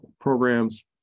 programs